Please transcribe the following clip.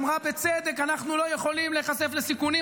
אמרה בצדק: אנחנו לא יכולים להיחשף לסיכונים,